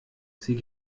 sie